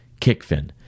Kickfin